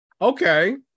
Okay